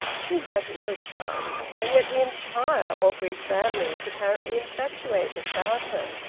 she had no charm, and yet the entire orgreave family was apparently infatuated about her.